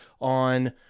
on